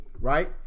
right